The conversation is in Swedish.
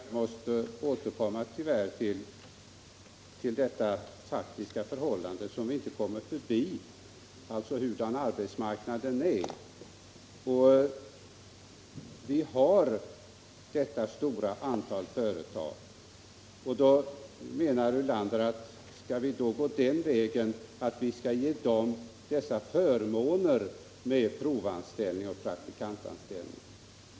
Herr talman! Jag måste tyvärr återkomma till det faktiska förhållande som vi inte kan komma förbi, alltså läget på arbetsmarknaden. Lars Ulander frågade om vi skall gå den vägen att vi ger ett stort antal företag förmåner när det gäller provanställning och praktikantanställning.